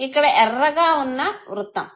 ఇక్కడ ఎర్రగా వున్న వృత్తం